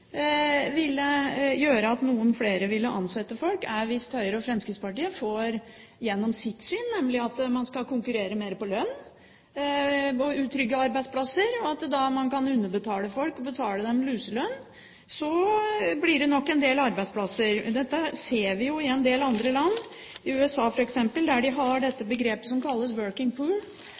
ville føre til at noen flere vil ansette folk, er hvis Høyre og Fremskrittspartiet får gjennom sitt syn, nemlig at man skal konkurrere mer på lønn og utrygge arbeidsplasser, og at man da kan underbetale folk og betale dem luselønn. Da blir det nok en del arbeidsplasser. Dette ser vi jo i en del andre land, f.eks. i USA, der man har dette begrepet som kalles